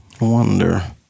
wonder